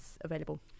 available